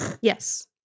Yes